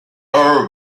her